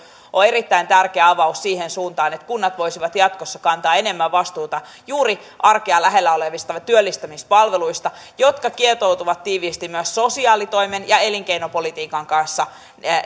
on erittäin tärkeä avaus siihen suuntaan että kunnat voisivat jatkossa kantaa enemmän vastuuta juuri arkea lähellä olevista työllistämispalveluista jotka kietoutuvat tiiviisti myös sosiaalitoimen ja elinkeinopolitiikan kanssa